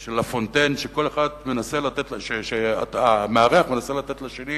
של לה-פונטיין, שכל מארח מנסה לתת לשני